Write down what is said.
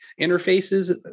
interfaces